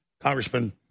Congressman